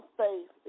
faith